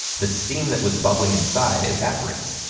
the steam that was bubbling inside evaporates,